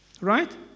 right